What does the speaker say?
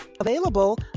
Available